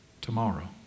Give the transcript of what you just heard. tomorrow